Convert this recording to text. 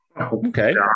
okay